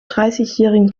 dreißigjährigen